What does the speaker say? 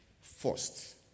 First